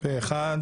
הצבעה בעד